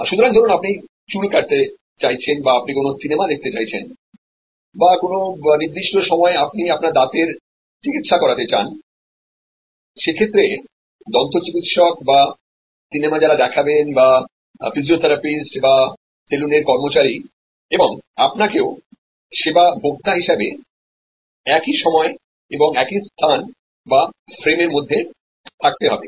সুতরাং ধরুন আপনি চুলকাটাতে চাইছেন বা আপনি কোনও সিনেমা দেখতে চাইছেন বা কোনও নির্দিষ্ট সময়ে আপনি আপনার দাঁতের চিকিত্সা করাতে চান সেক্ষেত্রে পরিষেবা প্রদানকারী মানে দন্তচিকিত্সক বা সিনেমাযারা দেখাবে বা ফিজিওথেরাপিস্ট বা সেলুনের কর্মচারী এবং আপনাকেও পরিষেবা ভোক্তা হিসাবে একই সময় এবং একই স্থান বা ফ্রেমের মধ্যে থাকতে হবে